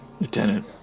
Lieutenant